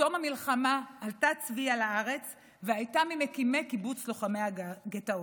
בתום המלחמה עלתה צביה לארץ והייתה ממקימי קיבוץ לוחמי הגטאות.